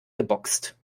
geboxt